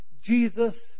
Jesus